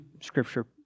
scripture